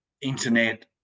internet